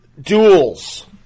duels